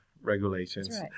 regulations